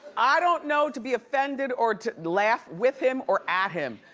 i don't know to be offended, or to laugh with him, or at him.